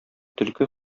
төлке